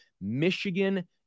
Michigan